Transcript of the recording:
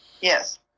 Yes